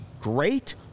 great